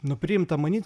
nu priimta manyt